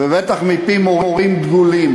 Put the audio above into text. ובטח מפי מורים דגולים,